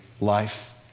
life